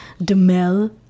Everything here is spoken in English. Demel